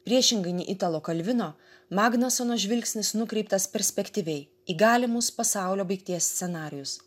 priešingai ni italo kalvino magnasono žvilgsnis nukreiptas perspektyviai į galimus pasaulio baigties scenarijus